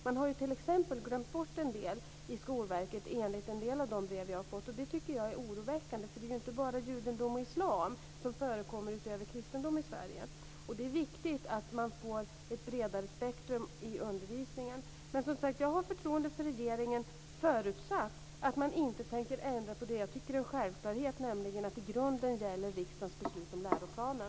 Man har t.ex. glömt bort en del i Skolverket enligt en del av de brev som jag har fått. Det tycker jag är oroväckande. Det är inte bara judendom och islam som förekommer utöver kristendom i Sverige. Det är viktigt att man får ett bredare spektrum i undervisningen. Som sagt har jag förtroende för regeringen, förutsatt att man inte tänker ändra på det som jag tycker är en självklarhet, nämligen att i grunden gäller riksdagens beslut om läroplanen.